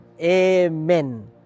Amen